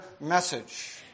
message